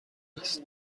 است